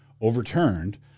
overturned